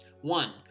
One